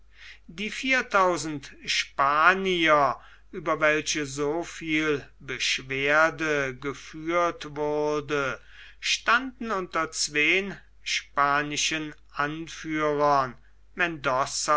die viertausend spanier über welche so viel beschwerde geführt wurde standen unter zwei spanischen anführern mendoza